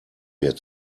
mir